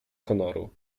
honoru